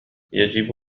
يجب